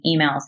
emails